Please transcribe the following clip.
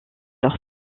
leurs